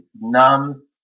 numbs